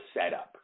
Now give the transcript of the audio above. setup